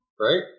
Right